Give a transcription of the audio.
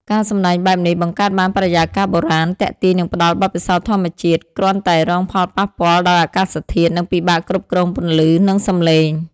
ការសម្តែងបែបនេះ បង្កើតបានបរិយាកាសបុរាណ ទាក់ទាញ និងផ្តល់បទពិសោធន៍ធម្មជាតិ គ្រាន់តែរងផលប៉ះពាល់ដោយអាកាសធាតុ និងពិបាកគ្រប់គ្រងពន្លឺ និងសម្លេង។